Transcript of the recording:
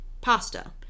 pasta